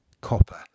copper